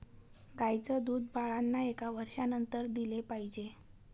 गाईचं दूध बाळांना एका वर्षानंतर दिले पाहिजे